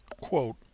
quote